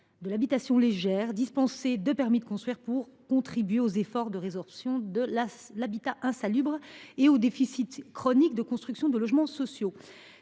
des habitations légères, dispensées de permis de construire, afin de contribuer à la résorption de l’habitat insalubre et du déficit chronique de construction de logements sociaux.